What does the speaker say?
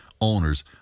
owners